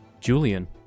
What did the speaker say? Julian